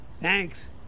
Thanks